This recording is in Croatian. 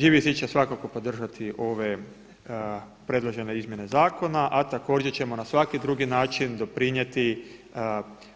Živi zid će svakako podržati ove predložene izmjene zakona a također ćemo na svaki drugi način doprinijeti